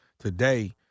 today